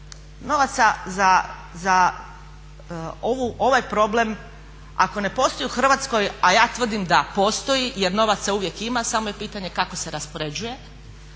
Novaca za ovaj problem ako ne postoji u Hrvatskoj, a ja tvrdim da postoji jer novaca uvijek ima, samo je pitanje kako se raspoređuje,